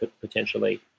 potentially